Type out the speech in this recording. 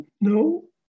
no